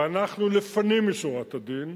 ואנחנו, לפנים משורת הדין,